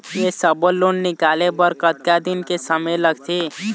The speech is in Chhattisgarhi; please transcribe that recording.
ये सब्बो लोन निकाले बर कतका दिन के समय लगथे?